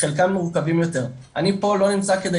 חלקם מעוכבים יותר - אני פה לא נמצא כדי